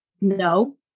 no